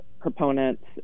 proponents